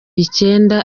icyenda